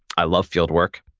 i love field work.